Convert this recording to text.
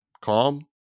calm